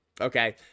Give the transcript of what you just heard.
okay